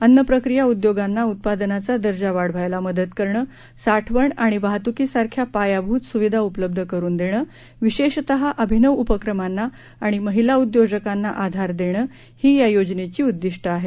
अन्न प्रक्रीया उद्योगांना उत्पादनाचा दर्जा वाढवायला मदत करणे साठवण आणि वाहतुकीसारख्या पायाभूत सुविधा उपलब्ध करुन देणं विशेषतः अभिनव उपक्रमांना आणि महिला उद्योजकांना आधार देणं ही या योजनेची उद्दिष्टं आहेत